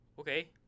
okay